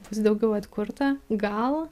bus daugiau atkurta gal